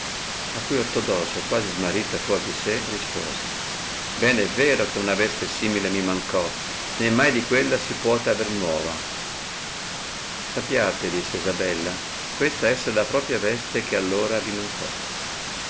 a cui ortodosio quasi smarrito e fuor di sé rispose ben è vero che una veste simile mi mancò né mai di quella si puote aver nuova sapiate disse isabella questa esser la propria veste che allora di mancò